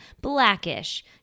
Blackish